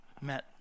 met